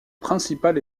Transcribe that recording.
principal